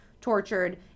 tortured